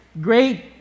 great